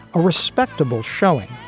a respectable showing,